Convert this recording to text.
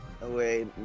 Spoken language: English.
away